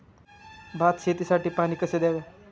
भात शेतीसाठी पाणी कसे द्यावे?